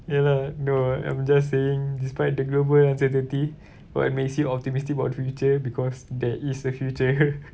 ya lah no I'm just saying despite the global uncertainty what makes you optimistic about the future because there is the future